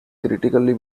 critically